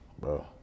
Bro